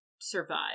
survive